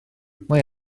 mae